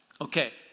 Okay